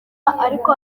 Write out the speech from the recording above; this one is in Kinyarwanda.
ariko